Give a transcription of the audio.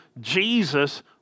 Jesus